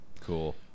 Cool